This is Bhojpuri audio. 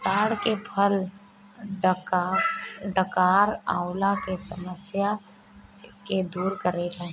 ताड़ के फल डकार अवला के समस्या के दूर करेला